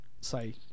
say